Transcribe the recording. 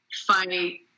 fight